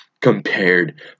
compared